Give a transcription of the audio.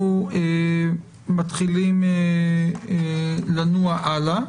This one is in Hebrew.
אנחנו מתחילים לנוע הלאה.